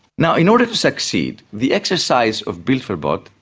now, in order to succeed, the exercise of bilderverbot,